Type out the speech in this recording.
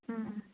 ꯎꯝꯎꯝ